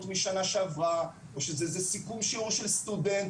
משנה שעברה או שזה איזה סיכום שיעור של סטודנט